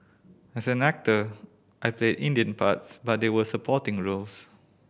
as an actor I played Indian parts but they were supporting role